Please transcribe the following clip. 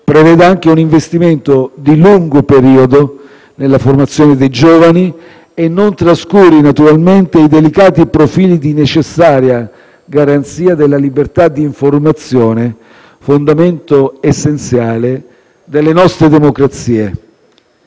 preveda anche un investimento di lungo periodo nella formazione dei giovani e non trascuri, naturalmente, i delicati profili di necessaria garanzia della libertà d'informazione, fondamento essenziale delle nostre democrazie.